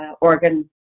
organ